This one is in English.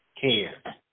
care